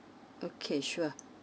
okay sure